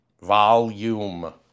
volume